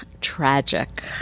tragic